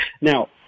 Now